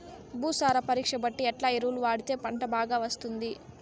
భూసార పరీక్ష బట్టి ఎట్లా ఎరువులు వాడితే పంట బాగా వస్తుంది?